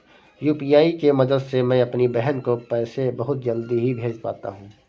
UPI के मदद से मैं अपनी बहन को पैसे बहुत जल्दी ही भेज पाता हूं